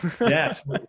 Yes